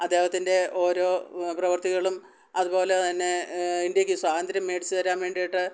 അദ്ദേഹത്തിൻ്റെ ഓരോ പ്രവർത്തികളും അതു പോലെ തന്നെ ഇന്ത്യയ്ക്ക് സ്വാതന്ത്ര്യം മേടിച്ചു തരാൻ വേണ്ടിയിട്ട്